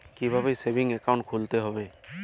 কীভাবে savings account খুলতে হবে?